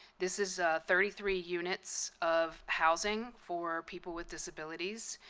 this is thirty three units of housing for people with disabilities.